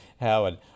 Howard